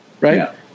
right